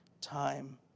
time